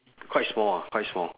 quite small ah quite small